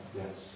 yes